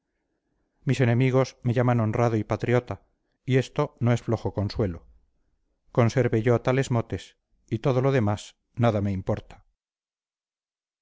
mis enemigos me llaman honrado y patriota y esto no es flojo consuelo conserve yo tales motes y todo lo demás nada me importa